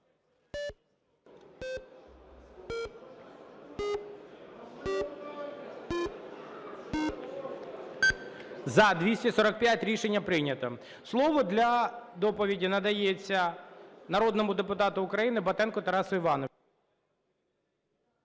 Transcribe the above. За-245 Рішення прийнято. Слово для доповіді надається народному депутату України Батенку Тарасу Івановичу.